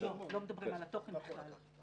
לא מדברים על התוכן בכלל.